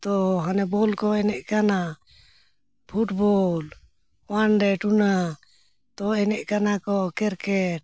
ᱛᱚ ᱦᱟᱱᱮ ᱵᱚᱞ ᱠᱚ ᱮᱱᱮᱡ ᱠᱟᱱᱟ ᱯᱷᱩᱴᱵᱚᱞ ᱳᱣᱟᱱ ᱰᱮ ᱴᱩᱱᱟ ᱛᱚ ᱮᱱᱮᱡ ᱠᱟᱱᱟ ᱠᱚ ᱠᱤᱨᱠᱮᱴ